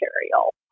material